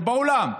זה בעולם.